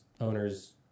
owners